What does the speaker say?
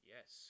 Yes